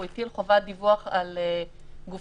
הוא הטיל חובת דיווח על גופים